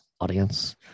audience